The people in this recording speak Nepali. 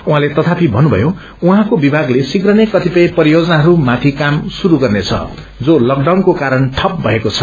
उहाँले तथापि भन्नुषयो उहाँको विभागले शीप्र नै कतिपय परियोजनाहरूमाथि काम शुरू गर्नेछ जो तकडाउको कारण सप पएको छ